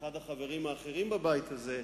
אחד החברים האחרים בבית הזה,